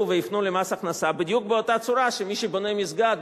ויפנו למס הכנסה בדיוק באותה צורה שמי שבונה מסגד,